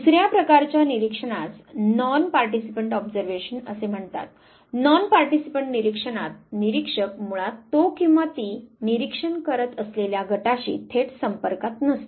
दुसर्या प्रकारच्या निरीक्षणास नॉन पार्टीसिपंट ऑब्झर्वेशन असे म्हणतात नॉन पार्टीसिपंट निरीक्षणात निरीक्षक मुळात तो किंवा ती निरीक्षण करत असलेल्या गटाशी थेट संपर्कात नसतो